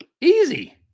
easy